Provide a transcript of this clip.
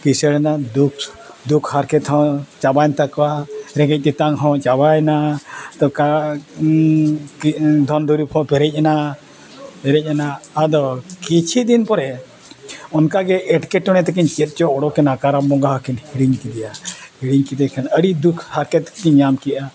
ᱠᱤᱥᱟᱹᱬ ᱨᱮᱱᱟᱜ ᱫᱩᱠ ᱫᱩᱠ ᱦᱟᱨᱠᱮᱛ ᱦᱚᱸ ᱪᱟᱵᱟᱭᱮᱱ ᱛᱟᱠᱚᱣᱟ ᱨᱮᱸᱜᱮᱡ ᱪᱮᱛᱟᱱ ᱦᱚᱸ ᱪᱟᱵᱟᱭᱮᱱᱟ ᱛᱚ ᱫᱷᱚᱱ ᱫᱩᱨᱤᱵᱽ ᱦᱚᱸ ᱯᱮᱨᱮᱡ ᱮᱱᱟ ᱯᱮᱨᱮᱡ ᱮᱱᱟ ᱟᱫᱚ ᱠᱤᱪᱷᱩ ᱫᱤᱱ ᱯᱚᱨᱮ ᱚᱱᱠᱟ ᱜᱮ ᱮᱸᱴᱠᱮᱴᱚᱬᱮ ᱛᱟᱠᱤᱱ ᱪᱮᱫ ᱪᱚ ᱚᱰᱚᱠ ᱮᱱᱟ ᱠᱟᱨᱟᱢ ᱵᱚᱸᱜᱟ ᱦᱚᱸᱠᱤᱱ ᱦᱤᱲᱤᱧ ᱠᱮᱫᱮᱭᱟ ᱦᱤᱲᱤᱧ ᱠᱮᱫᱮ ᱠᱷᱟᱱ ᱟᱹᱰᱤ ᱫᱩᱠ ᱦᱟᱨᱠᱮᱛ ᱠᱤᱱ ᱧᱟᱢ ᱠᱮᱜᱼᱟ